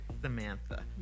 Samantha